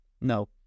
No